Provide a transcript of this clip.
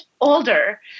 older